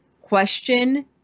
question